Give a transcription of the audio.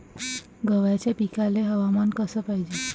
गव्हाच्या पिकाले हवामान कस पायजे?